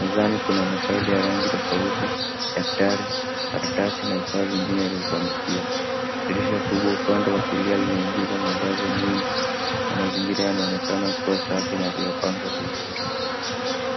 ,mezani kuna mafaili ya rangi tofauti daftari, karatasi na vifaa vingine vya kuandikia, dirisha kubwa upande wa kulia lile linaingiza mwangaza mwingi na mazingira yanaonekana kuwa safi na yaliyopangwa vizuri.